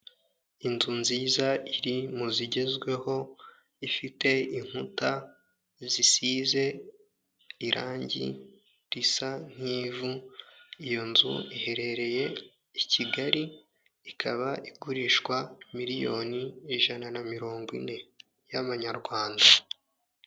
Inzu nziza iri mu zigezweho, ifite inkuta zisize irangi risa nk'ivu, iyo nzu iherereye i Kigali ikaba igurishwa miliyoni ijana na mirongo ine y'amanyarwanda.